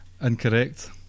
Incorrect